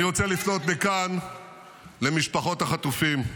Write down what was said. אני רוצה לפנות מכאן למשפחות החטופים,